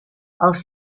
els